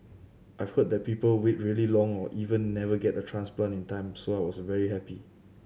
I've heard that people wait really long or even never get a transplant in time so I was very happy